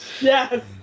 Yes